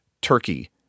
turkey